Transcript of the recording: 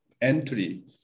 Entry